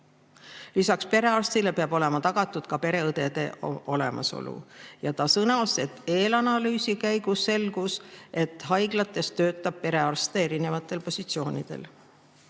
Lisaks perearstile peab olema tagatud ka pereõe olemasolu. Ta sõnas, et eelanalüüsi käigus on selgunud, et haiglates töötab perearste erinevatel positsioonidel. Priit